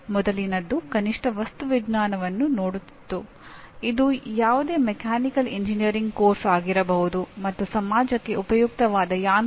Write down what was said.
ತದನಂತರ ನೀವು ಸೂಚನಾ ಉದ್ದೇಶಗಳನ್ನು ಎಷ್ಟರ ಮಟ್ಟಿಗೆ ಸಾಧಿಸಲಾಗಿದೆ ಎಂದು ಅಳೆಯಲು ಬಯಸುತ್ತೀರಿ